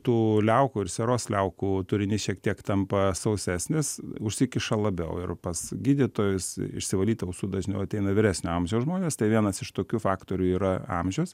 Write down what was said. tų liaukų ir sieros liaukų turinys šiek tiek tampa sausesnis užsikiša labiau ir pas gydytojus išsivalyti ausų dažniau ateina vyresnio amžiaus žmonės tai vienas iš tokių faktorių yra amžius